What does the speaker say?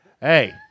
Hey